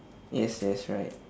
yes that's right